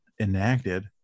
enacted